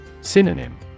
Synonym